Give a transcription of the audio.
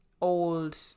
old